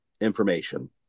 Information